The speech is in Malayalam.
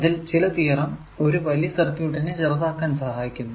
അതിൽ ചില തിയറം ഒരു വലിയ സർക്യൂട്ടിനെ ചെറുതാക്കാൻ സഹായിക്കുന്നു